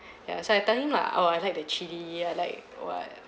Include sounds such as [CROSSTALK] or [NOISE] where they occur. [BREATH] ya so I tell him lah oh I like the chili I like [what]